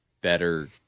better